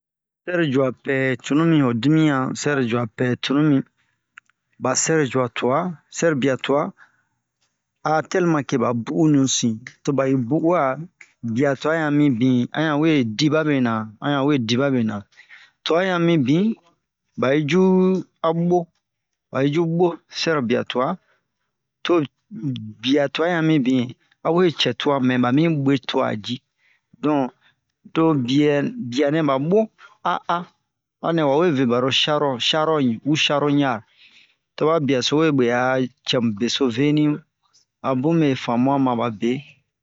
sɛrojua pɛ cunu mi ho dimiyan sɛrojua pɛ cunu mi ba sɛro jua tu'a sɛrobia tu'a a tɛlima ke ba bu'uni sin to ba yi bu'uwa bia tuwa yan mibin a yan we di babe na a yan we di babe na tu'a yan mibin ba yi ju a bo ba yi ju bo sɛrobia tu'a to bia tu'a han mibin a we cɛ tu'a mɛ ba mi be tu'a ji don to biɛ bianɛ ba bo a a anɛ wa we ve baro sharon sharoɲi u sharoɲar to ba biaso we bwe a cɛmu beso veni a bun me famu'a ma ba be